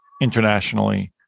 internationally